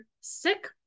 sick